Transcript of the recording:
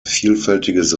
vielfältiges